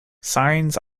signs